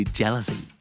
jealousy